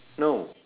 no